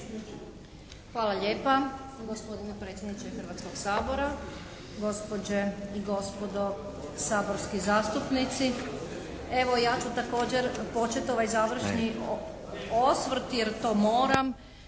Hvala lijepa. Gospodine predsjedniče Hrvatskog sabora, gospođe i gospodo saborski zastupnici. Evo ja ću također početi ovaj završni osvrt jer to moram